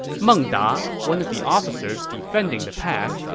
meng da, one of the officers defending the pass,